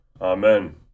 Amen